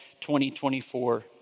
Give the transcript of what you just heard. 2024